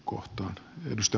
hallituksen esitys